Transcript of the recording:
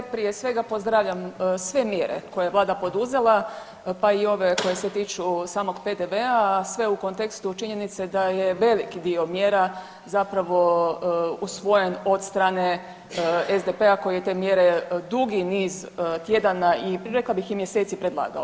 Prije svega pozdravljam sve mjere koje je Vlada poduzela pa i ove koje se tiču samog PDV-a, a sve u kontekstu činjenice da je veliki dio mjera zapravo usvojen od strane SDP-a koji je te mjere dugi niz tjedana i rekla bih mjeseci predlagao.